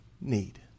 need